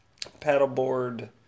Paddleboard